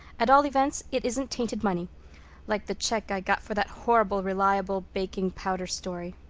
at all events it isn't tainted money like the check i got for that horrible reliable baking powder story.